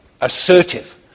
assertive